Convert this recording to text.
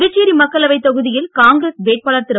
புதுச்சேரி மக்களவை தொகுதியில் காங்கிரஸ் வேட்பாளர் திரு